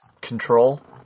Control